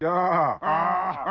yeah ah,